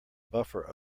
buffer